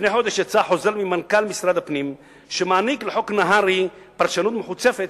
לפני חודש יצא חוזר מנכ"ל משרד הפנים שמעניק לחוק נהרי פרשנות מחוצפת,